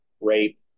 rape